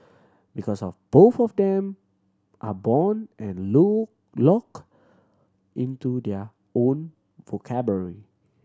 because of both of them are bound and low locked into their own vocabulary